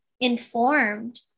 informed